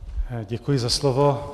Děkuji za slovo.